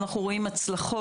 אנחנו רואים הצלחות,